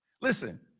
Listen